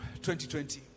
2020